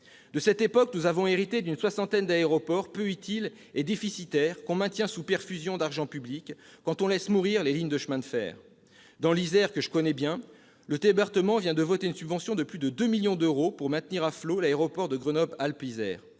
De cette époque, nous avons hérité d'une soixantaine d'aéroports peu utiles et déficitaires, que l'on maintient sous perfusion d'argent public, quand on laisse mourir les lignes de chemin de fer. Dans l'Isère, que je connais bien, le département vient de voter une subvention de plus de deux millions d'euros pour maintenir à flot l'aéroport de Grenoble-Alpes-Isère.